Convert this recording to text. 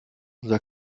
unser